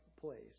place